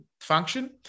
function